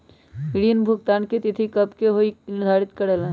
ऋण भुगतान की तिथि कव के होई इ के निर्धारित करेला?